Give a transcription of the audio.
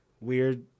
weird